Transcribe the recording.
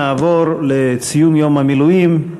נעבור לציון יום המילואים.